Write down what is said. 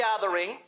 gathering